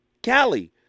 Callie